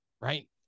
right